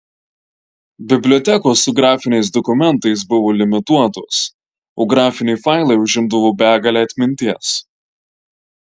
bibliotekos su grafiniais dokumentais buvo limituotos o grafiniai failai užimdavo begalę atminties